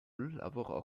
lavorò